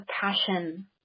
passion